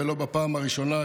ולא בפעם הראשונה,